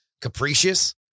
capricious